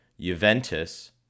Juventus